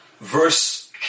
verse